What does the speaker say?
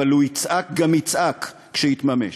אבל הוא יצעק גם יצעק כשיתממש.